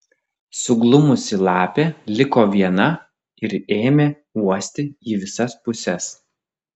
suglumusi lapė liko viena ir ėmė uosti į visas puses